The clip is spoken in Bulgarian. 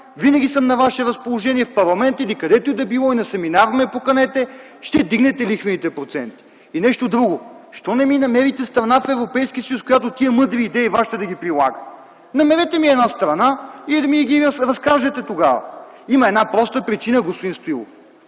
Винаги съм на ваше разположение – в парламента или където и да било. И на семинар ме поканете! Ще вдигнете лихвените проценти! И нещо друго – защо не ми намерите страна в Европейския съюз, която да прилага тези мъдри Ваши идеи? Намерете ми една страна и ми разкажете тогава. Има една проста причина, господин Стоилов.